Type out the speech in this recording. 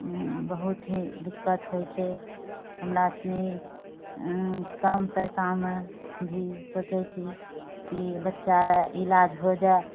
बहुत हि दिक्कत होइ छै हमरा सनि कम पाइसँ मे भी सोचै छी कि बच्चा रे इलाज हो जाइ